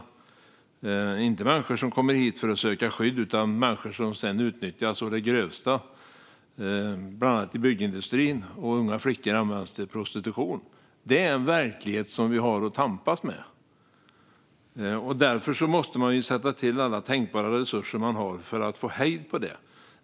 Det är inte människor som kommer hit för att söka skydd utan människor som sedan utnyttjas å det grövsta, bland annat i byggindustrin, och unga flickor används till prostitution. Det här är den verklighet vi har att tampas med, och därför måste vi sätta till alla tänkbara resurser för att få hejd på det.